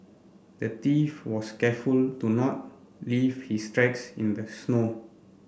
the thief was careful to not leave his tracks in the snow